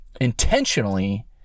intentionally